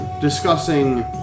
discussing